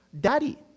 daddy